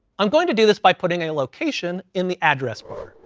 i'm going to do this by putting a location in the address bar,